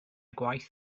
gwaith